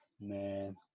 man